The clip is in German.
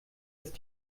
ist